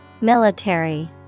Military